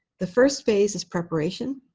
the first phase is preparation,